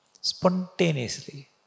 Spontaneously